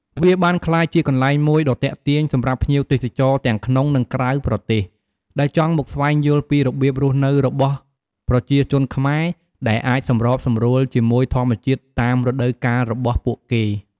វាបានក្លាយជាកន្លែងមួយដ៏ទាក់ទាញសម្រាប់ភ្ញៀវទេសចរទាំងក្នុង និងក្រៅប្រទេស ដែលចង់មកស្វែងយល់ពីរបៀបរស់នៅរបស់ប្រជាជនខ្មែរ ដែលអាចសម្របសម្រួលជាមួយធម្មជាតិតាមរដូវកាលរបស់ពួកគេ។